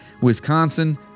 Wisconsin